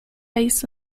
isso